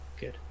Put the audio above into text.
good